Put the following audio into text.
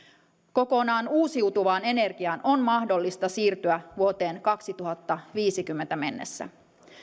kokonaan uusiutuvaan energiaan on mahdollista siirtyä vuoteen kaksituhattaviisikymmentä mennessä